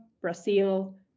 Brazil